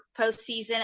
postseason